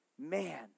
Man